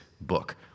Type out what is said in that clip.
book